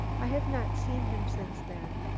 i have not seen him since then.